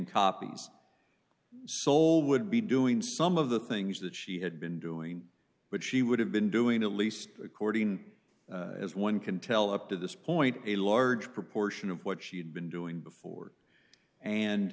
copies seoul would be doing some of the things that she had been doing but she would have been doing at least according as one can tell up to this point a large proportion of what she had been doing before and